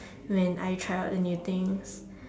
when I try out the new things